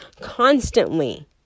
constantly